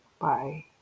Bye